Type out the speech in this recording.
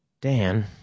Dan